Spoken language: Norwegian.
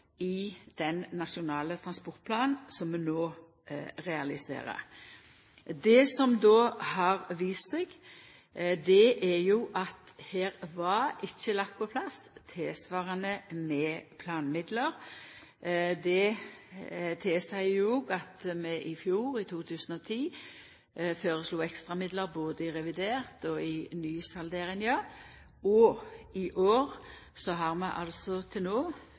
i den nasjonale transportplanen som vi no realiserer. Det har vist seg at det ikkje var lagt på plass tilsvarande med planmidlar. Det tilseier òg at vi i fjor, i 2010, føreslo ekstramidlar både i revidert og i nysalderinga, og i år har vi altså til no